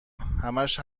همش